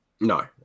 No